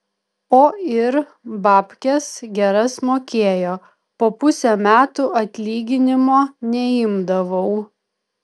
o ir babkes geras mokėjo po pusę metų atlyginimo neimdavau